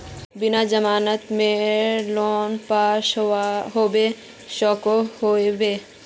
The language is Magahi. बिना जमानत मोर लोन पास होबे सकोहो होबे?